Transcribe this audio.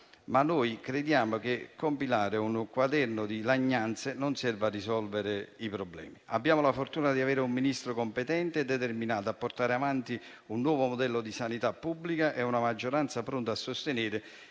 noi crediamo che compilare un quaderno di lagnanze non serva a risolvere i problemi. Abbiamo la fortuna di avere un Ministro competente e determinato a portare avanti un nuovo modello di sanità pubblica e una maggioranza pronta a sostenere